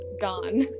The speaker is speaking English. gone